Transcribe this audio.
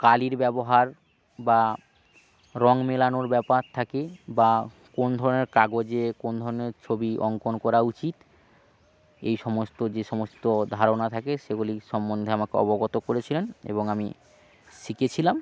কালির ব্যবহার বা রঙ মেলানোর ব্যাপার থাকে বা কোন ধরনের কাগজে কোন ধরনের ছবি অঙ্কন করা উচিত এই সমস্ত যে সমস্ত ধারণা থাকে সেগুলি সম্বন্ধে আমাকে অবগত করেছিলেন এবং আমি শিখেছিলাম